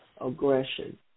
aggression